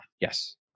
Yes